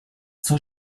zur